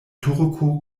turko